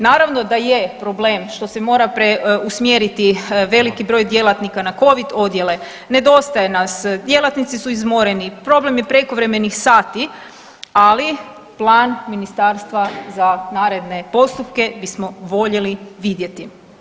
Naravno da je problem što se mora usmjeriti veliki broj djelatnika na covid odjele, nedostaje nas, djelatnici su izmoreni, problem je prekovremenih sati, ali plan ministarstva za naredne postupke bismo voljeli vidjeti.